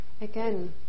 again